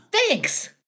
Thanks